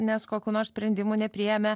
nes kokių nors sprendimų nepriėmė